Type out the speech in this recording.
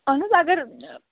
اَہَن حظ اگر